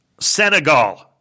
Senegal